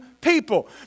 people